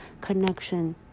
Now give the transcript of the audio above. connection